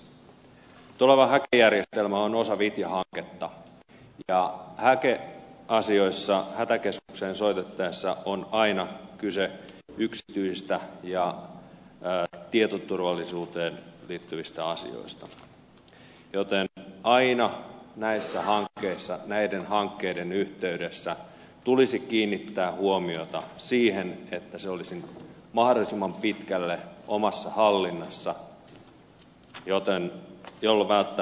tuleva häke järjestelmä on osa vitja hanketta ja häke asioissa hätäkeskukseen soitettaessa on aina kyse yksityisistä ja tietoturvallisuuteen liittyvistä asioista joten aina näiden hankkeiden yhteydessä tulisi kiinnittää huomiota siihen että ne olisivat mahdollisimman pitkälle omassa hallinnassa millä vältämme isommat tietoturvariskit